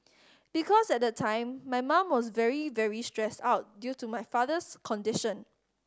because at the time my mum was very very stressed out due to my father's condition